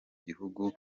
gihugu